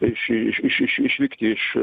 iš iš iš iš iš išvykti iš